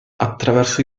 attraverso